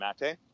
Mate